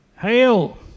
Hail